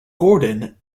gordon